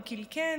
אם כי"ל כן,